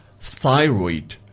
thyroid